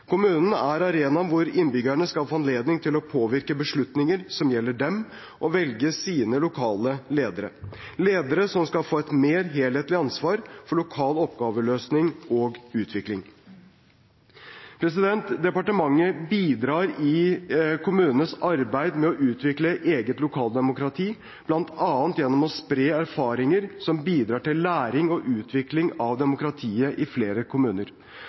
Kommunen er arenaen hvor innbyggerne skal få anledning til å påvirke beslutninger som gjelder dem, og å velge sine lokale ledere, ledere som skal få et mer helhetlig ansvar for lokal oppgaveløsning og utvikling. Departementet bidrar i kommunenes arbeid med å utvikle eget lokaldemokrati, bl.a. gjennom å spre erfaringer som bidrar til læring og utvikling av demokratiet i flere kommuner.